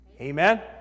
Amen